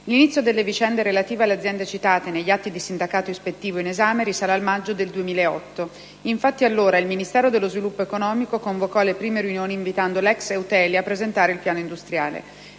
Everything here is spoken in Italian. L'inizio delle vicende relative alle aziende citate negli atti di sindacato ispettivo in esame risale al maggio del 2008. Infatti, allora, il Ministero dello sviluppo economico convocò le prime riunioni invitando l'ex Eutelia a presentare il piano industriale.